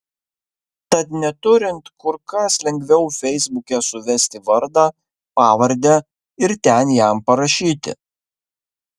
tad neturint kur kas lengviau feisbuke suvesti vardą pavardę ir ten jam parašyti